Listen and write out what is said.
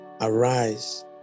arise